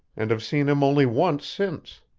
and have seen him only once since.